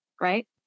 right